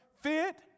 fit